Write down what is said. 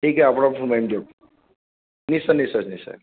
ঠিকে আপোনাক ফোন মাৰিম দিয়ক নিশ্চয় নিশ্চয় নিশ্চয়